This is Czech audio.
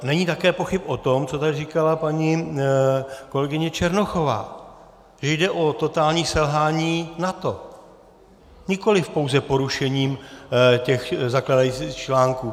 Není také pochyb o tom, co tady říkala paní kolegyně Černochová, že jde o totální selhání NATO, nikoliv pouze porušením zakládajících článků.